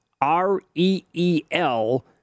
R-E-E-L